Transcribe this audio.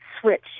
switch